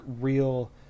real